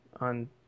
on